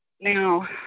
now